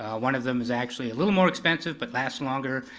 one of them is actually a little more expensive, but lasts longer,